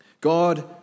God